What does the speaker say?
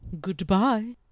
Goodbye